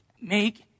Make